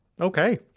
okay